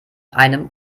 einem